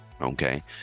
Okay